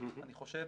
אני חושב